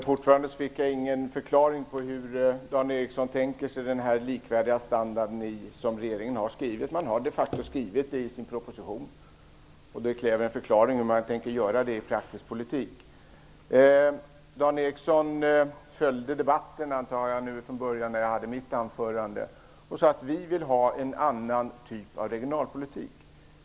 Fru talman! Jag fick ingen förklaring på hur Dan Ericsson tänker sig den likvärdiga standard som regeringen har skrivit om. Man har de facto skrivit om det i sin proposition. Hur man tänker göra det i praktisk politik kräver en förklaring. Jag antar att Dan Ericsson följde debatten från början och hörde mitt anförande. Jag sade att vi vill ha en annan typ av regionalpolitik.